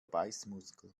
beißmuskel